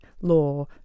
law